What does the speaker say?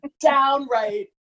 downright